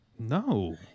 no